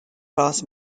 class